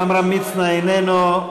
עמרם מצנע, איננו.